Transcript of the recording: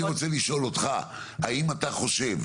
אני רוצה לשאול אותך, האם אתה חושב,